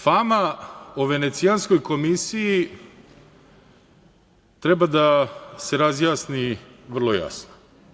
Fama o Venecijanskoj komisiji treba da se razjasni vrlo jasno.